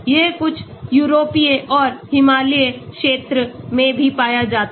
यह कुछ यूरोपीय और हिमालयी क्षेत्र में भी पाया जाता है